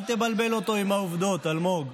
אל תבלבל אותו עם העובדות, אלמוג.